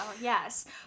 yes